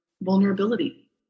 vulnerability